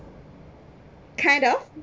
kind of